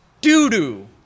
doo-doo